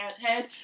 head